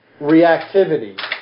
reactivity